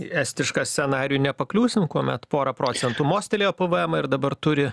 į estišką scenarijų nepakliūsim kuomet pora procentų mostelėjo pvemą ir dabar turi